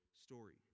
story